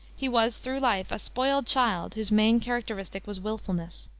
he was through life a spoiled child, whose main characteristic was willfulness.